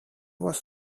was